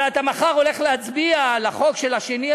אבל אתה מחר הולך להצביע על החוק של השני.